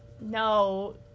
No